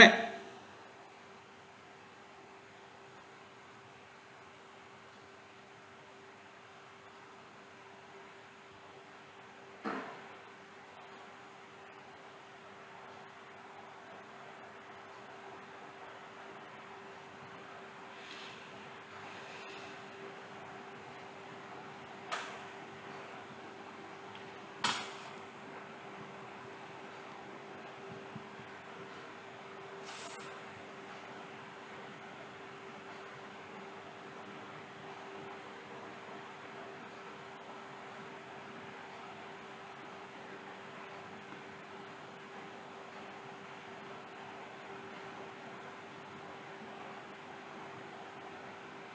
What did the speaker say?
eh